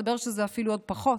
מסתבר שזה אפילו עוד פחות,